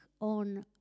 on